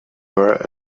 were